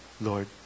Lord